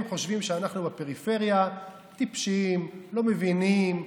הם חושבים שאנחנו בפריפריה טיפשים, לא מבינים.